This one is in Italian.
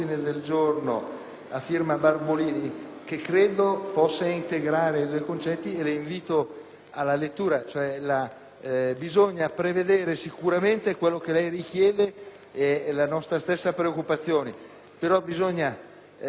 concetti. Bisogna prevedere sicuramente quanto egli richiede, ed è la nostra stessa preoccupazione, però occorre verificare di non andare ad aggravare ulteriormente una procedura che porta alla definizione dei